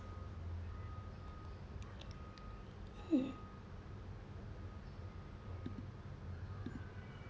mm